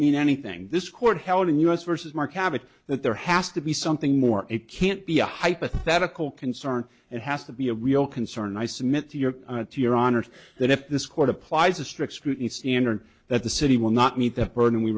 mean anything this court held in us versus marcab it that there has to be something more it can't be a hypothetical concern and has to be a real concern i submit to your to your honor that if this court applies a strict scrutiny standard that the city will not meet the burden we